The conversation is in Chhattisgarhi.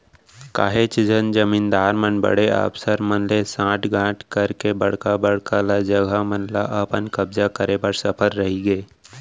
काहेच झन जमींदार मन बड़े अफसर मन ले सांठ गॉंठ करके बड़का बड़का ल जघा मन म अपन कब्जा करे बर सफल रहिगे